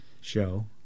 show